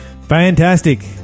Fantastic